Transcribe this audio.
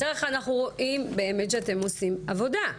מצד אחד אנחנו רואים שאתם באמת עושים עבודה.